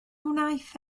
wnaeth